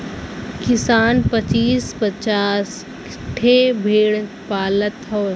किसान पचीस पचास ठे भेड़ पालत हौ